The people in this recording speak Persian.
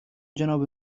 جناب